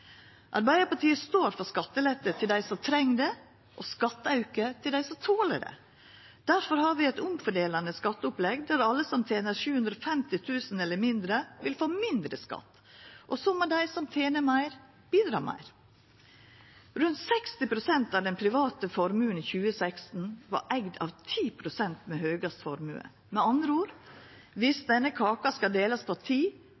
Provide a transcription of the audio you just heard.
Arbeidarpartiet står for skattelette til dei som treng det, og skatteauke til dei som toler det. Difor har vi eit omfordelande skatteopplegg der alle som tener 750 000 kr eller mindre, vil få mindre skatt, og så må dei som tener meir, bidra meir. Rundt 60 pst. av den private formuen i 2016 var eigd av dei 10 pst. med høgast formue. Med andre ord